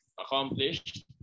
accomplished